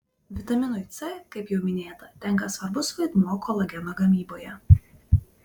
vitaminui c kaip jau minėta tenka svarbus vaidmuo kolageno gamyboje